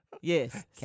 Yes